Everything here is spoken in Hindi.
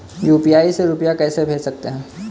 यू.पी.आई से रुपया कैसे भेज सकते हैं?